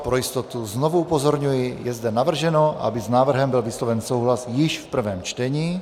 Pro jistotu znovu upozorňuji, je zde navrženo, aby s návrhem byl vysloven souhlas již v prvém čtení.